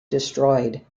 destroyed